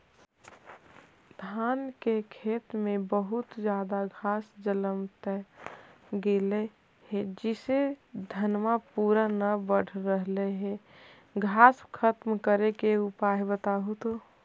धान के खेत में बहुत ज्यादा घास जलमतइ गेले हे जेसे धनबा पुरा बढ़ न रहले हे घास खत्म करें के उपाय बताहु तो?